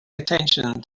attention